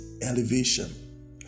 elevation